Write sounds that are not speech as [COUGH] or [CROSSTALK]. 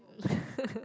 [LAUGHS]